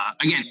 Again